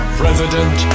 president